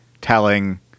telling